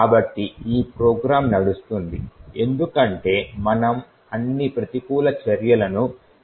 కాబట్టి ఈ ప్రోగ్రామ్ నడుస్తోంది ఎందుకంటే మనము అన్ని ప్రతికూల చర్యలను డిజేబుల్ చేసాము